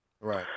Right